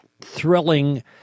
thrilling